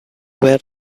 were